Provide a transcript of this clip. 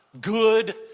good